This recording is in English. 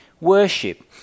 worship